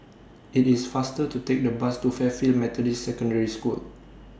IT IS faster to Take The Bus to Fairfield Methodist Secondary School